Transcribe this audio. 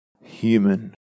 human